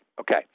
Okay